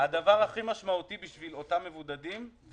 הדבר הכי משמעותי בשביל אותם מבודדים זה